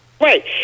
Right